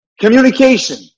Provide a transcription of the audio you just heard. communication